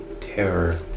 Terror